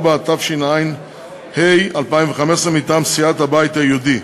104), התשע"ה 2015: מטעם סיעת הבית היהודי,